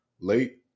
late